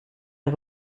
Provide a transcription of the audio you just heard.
est